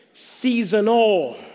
seasonal